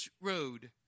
road